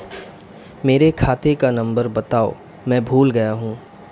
मेरे खाते का नंबर बताओ मैं भूल गया हूं